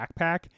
backpack